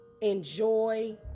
enjoy